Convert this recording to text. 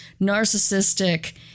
narcissistic